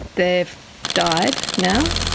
they've died now.